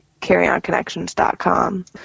carryonconnections.com